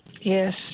Yes